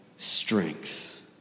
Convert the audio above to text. strength